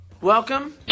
Welcome